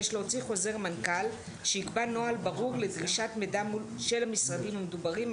יש להוציא חוזר מנכ"ל שיקבע נוהל ברור לדרישת מידע של המשרדים המדוברים,